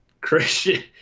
Christian